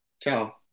Ciao